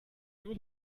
nur